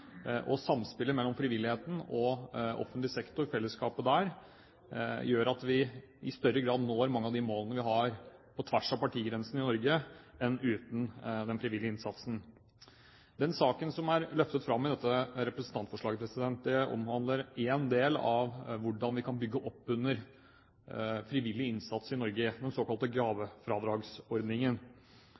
og samspillet mellom frivilligheten og offentlig sektor – fellesskapet der – gjør at vi i større grad når mange av de målene vi har på tvers av partigrensene i Norge, enn uten den frivillige innsatsen. Den saken som er løftet fram i dette representantforslaget, omhandler én del av hvordan vi kan bygge opp under frivillig innsats i Norge – den såkalte gavefradragsordningen.